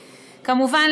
כמובן,